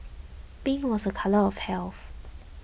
pink was a colour of health